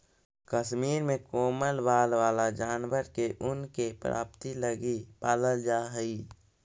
कश्मीर में कोमल बाल वाला जानवर के ऊन के प्राप्ति लगी पालल जा हइ